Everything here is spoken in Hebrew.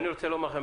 אני רוצה לומר לכם,